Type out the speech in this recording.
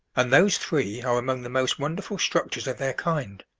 and those three are among the most wonderful structures of their kind.